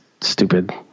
stupid